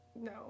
no